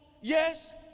Yes